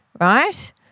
right